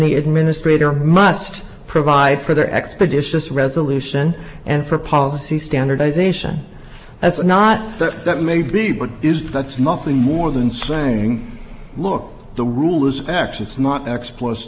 the administrator must provide for their expeditious resolution and for policy standardization that's not that that may be but is that's nothing more than saying look the rule is actually it's not exploits